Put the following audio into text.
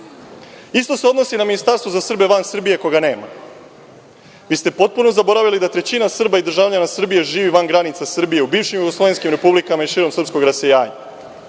se odnosi na Ministarstvo za Srbe van Srbije koga nema. Vi ste potpuno zaboravili da trećina Srba i državljana Srbije živi van granica Srbije u bivšim jugoslovenskim republikama i širom srpskog rasejanja.